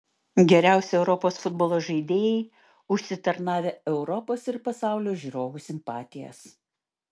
geriausi europos futbolo žaidėjai užsitarnavę europos ir pasaulio žiūrovų simpatijas